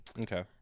Okay